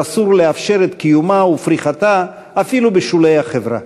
ואסור לאפשר את קיומה ופריחתה אפילו בשולי החברה.